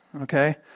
okay